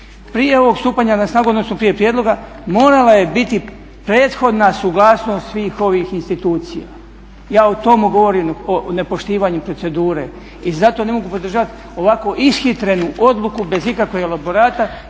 Prije ovog stupanja na snagu odnosno prije prijedloga morala je biti prethodna suglasnost svih ovih institucija. Ja o tome govorim o nepoštivanju procedure. I zato ne mogu podržati ovako ishitrenu odluku bez ikakvog elaborata.